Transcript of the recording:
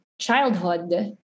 childhood